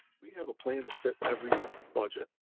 we have a plan to fit every budget.